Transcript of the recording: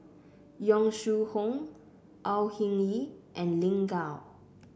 Yong Shu Hoong Au Hing Yee and Lin Gao